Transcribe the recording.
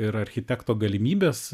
ir architekto galimybės